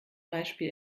beispiel